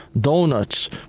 donuts